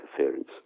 interference